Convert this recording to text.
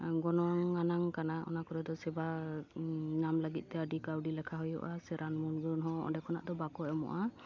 ᱜᱚᱱᱚᱝ ᱟᱱᱟᱜ ᱠᱟᱱᱟ ᱚᱱᱟ ᱠᱚᱨᱮ ᱫᱚ ᱥᱮᱵᱟ ᱧᱟᱢ ᱞᱟᱹᱜᱤᱫ ᱛᱮ ᱟᱹᱰᱤ ᱠᱟᱹᱣᱰᱤ ᱞᱮᱠᱷᱟ ᱦᱩᱭᱩᱜᱼᱟ ᱥᱮ ᱨᱟᱱ ᱢᱩᱨᱜᱟᱹᱱ ᱦᱚᱸ ᱚᱸᱰᱮ ᱠᱷᱚᱱᱟᱜ ᱫᱚ ᱵᱟᱠᱚ ᱮᱢᱚᱜᱼᱟ